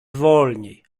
wolniej